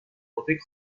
اوپک